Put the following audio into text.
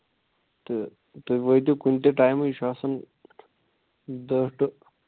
تہٕ تُہۍ وٲتِو کُنہِ تہِ ٹایمہٕ یہِ چھُ آسان دَہ ٹُہ